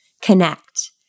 Connect